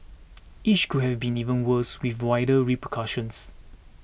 each could have been even worse with wider repercussions